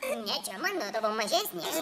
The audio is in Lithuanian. ne čia mano tavo mažesnė